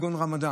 כגון על רמדאן,